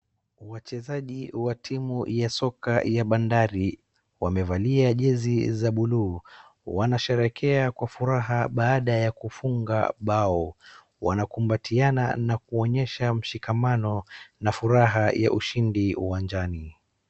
Wachezaji wa timu ya soka ya bandari wamevalia jezi za bluu. Wanasherekea kwa furaha bada ya kufunga bao. Wanakumbatiana na kuonyesha mshikamano na furaha ya ushindi uwanjani.